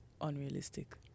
unrealistic